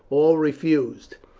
all refused.